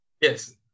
Yes